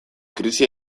krisi